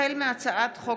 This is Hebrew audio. החל בהצעת חוק